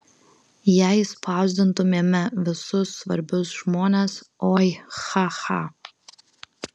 jei spausdintumėme visus svarbius žmones oi cha cha